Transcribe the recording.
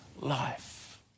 life